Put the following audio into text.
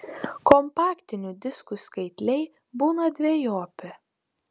kompaktinių diskų skaitliai būna dvejopi